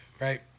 right